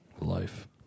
life